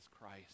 Christ